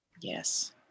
Yes